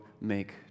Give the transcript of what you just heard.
make